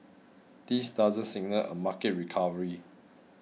this doesn't signal a market recovery